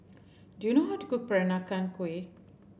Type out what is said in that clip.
do you know how to cook Peranakan Kueh